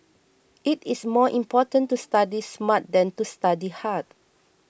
it is more important to study smart than to study hard